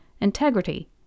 integrity